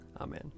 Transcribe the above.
Amen